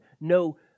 No